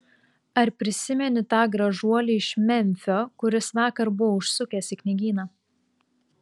ar prisimeni tą gražuolį iš memfio kuris vakar buvo užsukęs į knygyną